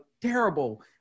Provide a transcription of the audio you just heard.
terrible